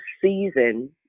season